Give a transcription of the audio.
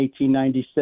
1896